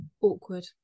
Awkward